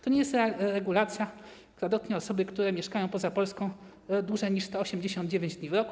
To nie jest regulacja, która dotknie osoby, które mieszkają poza Polską dłużej niż 189 dni w roku.